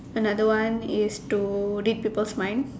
another one is to read people's mind